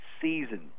season